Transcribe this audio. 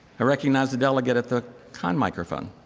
i recognize the delegate at the con microphone.